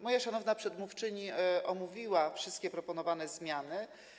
Moja szanowna przedmówczyni omówiła wszystkie proponowane zmiany.